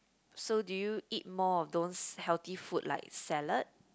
so do you eat more of those healthy food like salad